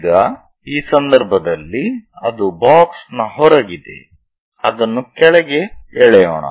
ಈಗ ಈ ಸಂದರ್ಭದಲ್ಲಿ ಅದು ಬಾಕ್ಸ್ ನ ಹೊರಗಿದೆ ಅದನ್ನು ಕೆಳಗೆ ಎಳೆಯೋಣ